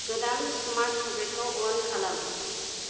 गोदान smart socket खौ अन खालाम